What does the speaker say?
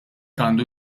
għandu